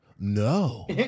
No